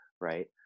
right